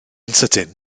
sydyn